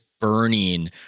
burning